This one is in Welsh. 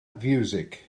fiwsig